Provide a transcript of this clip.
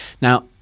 Now